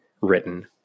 written